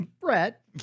Brett